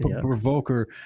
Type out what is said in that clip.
provoker